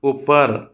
ऊपर